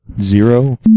Zero